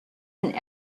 and